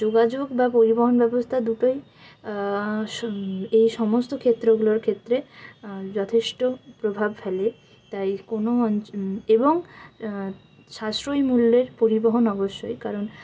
যোগাযোগ বা পরিবহন ব্যবস্থা দুটোই এই সমস্ত ক্ষেত্রগুলোর ক্ষেত্রে যথেষ্ট প্রভাব ফেলে তাই কোনো অঞ্চ এবং সাশ্রয় মূল্যের পরিবহন অবশ্যই কারণ